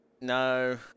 No